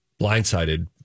blindsided